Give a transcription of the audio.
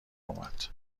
اومد